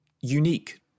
unique